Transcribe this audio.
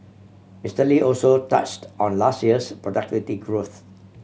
Mister Lee also touched on last year's productivity growth